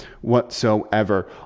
whatsoever